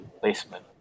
placement